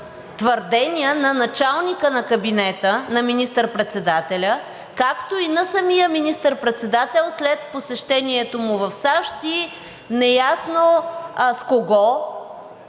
твърдения на началника на кабинета на министър-председателя, както и на самия министър-председател след посещението му в САЩ и неясно с кого